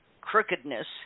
crookedness